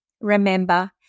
Remember